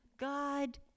God